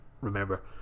remember